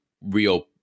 real